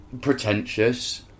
pretentious